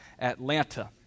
Atlanta